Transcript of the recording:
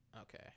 okay